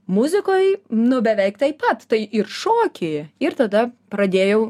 muzikoj nu beveik taip pat tai ir šokį ir tada pradėjau